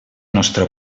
nostra